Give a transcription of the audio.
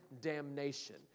damnation